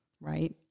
Right